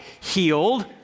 healed